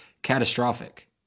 catastrophic